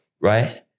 right